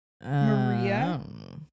Maria